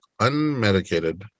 unmedicated